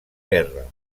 guerra